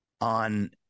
on